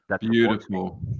Beautiful